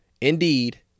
Indeed